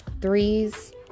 Threes